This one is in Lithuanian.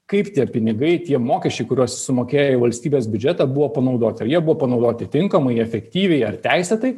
kaip tie pinigai tie mokesčiai kuriuos jis sumokėjo į valstybės biudžetą buvo panaudoti ar jie buvo panaudoti tinkamai efektyviai ar teisėtai